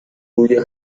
روی